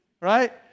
right